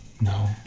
No